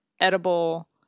edible